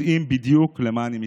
יודעים בדיוק למה אני מתכוון.